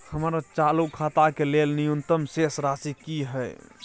हमर चालू खाता के लेल न्यूनतम शेष राशि की हय?